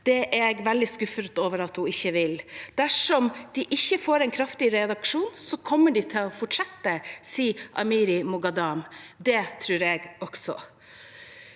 Det er jeg veldig skuffet over at hun ikke vil. Dersom de ikke får en kraftig reaksjon, kommer de til å fortsette, sier Amiry-Moghaddam. Det tror jeg også.